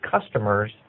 customers